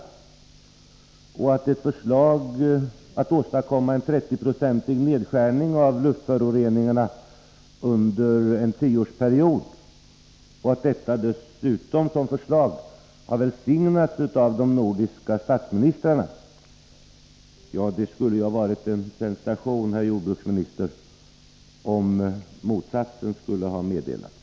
Därutöver har ett förslag om att åstadkomma en 30-procentig nedskärning av luftföroreningarna under en tioårsperiod välsignats av de nordiska statsministrarna. Ja, det skulle ha varit en sensation, herr jordbruksministern, om motsatsen hade meddelats.